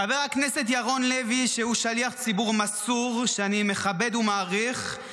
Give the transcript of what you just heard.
חבר הכנסת ירון לוי הוא שליח ציבור מסור שאני מכבד ומעריך,